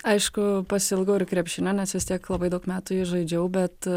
aišku pasiilgau ir krepšinio nes vis tiek labai daug metų jį žaidžiau bet